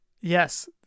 Yes